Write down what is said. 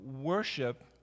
worship